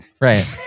right